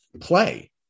play